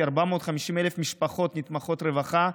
כ-450,000 משפחות נתמכות רווחה,